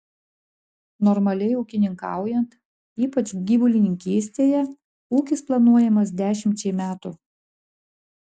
normaliai ūkininkaujant ypač gyvulininkystėje ūkis planuojamas dešimčiai metų